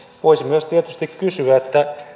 voisi tietysti myös kysyä